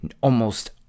almost-